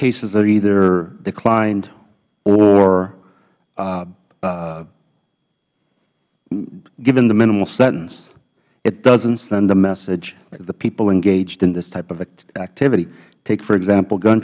cases are either declined or given the minimal sentence it doesn't send a message to the people engaged in this type of activity take for example gun